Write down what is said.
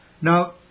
Now